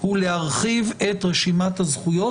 הוא להרחיב את רשימת הזכויות,